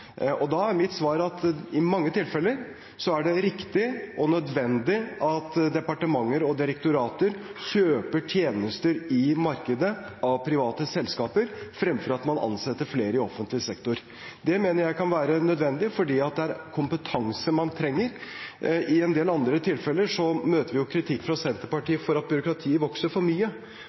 Da er mitt svar at i mange tilfeller er det riktig og nødvendig at departement og direktorat kjøper tjenester i markedet av private selskaper fremfor å ansette flere i offentlig sektor. Det mener jeg kan være nødvendig, for det er kompetanse man trenger. I en del andre tilfeller møter vi kritikk fra Senterpartiet for at byråkratiet vokser for mye.